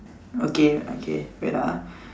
okay okay wait ah